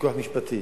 ויכוח משפטי.